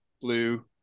blue